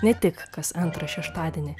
ne tik kas antrą šeštadienį